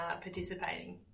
participating